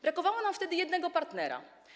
Brakowało nam wtedy jednego partnera.